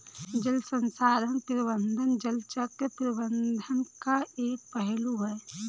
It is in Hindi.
जल संसाधन प्रबंधन जल चक्र प्रबंधन का एक पहलू है